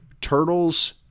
turtles